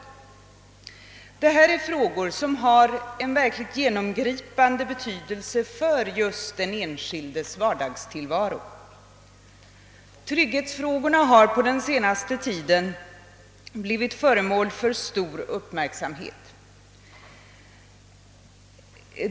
Detta är spörsmål som har verkligt genomgripande betydelse för just den enskildes vardagstillvaro. Trygghetsfrågorna har på sistone blivit föremål för stor uppmärksamhet.